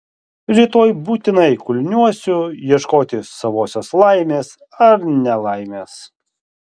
rytoj būtinai kulniuosiu ieškoti savosios laimės ar nelaimės